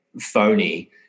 phony